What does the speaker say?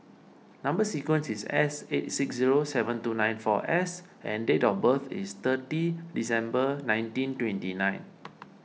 Number Sequence is S eight six zero seven two nine four S and date of birth is thirty December nineteen twenty nine